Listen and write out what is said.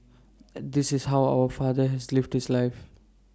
at this is how our father has lived his life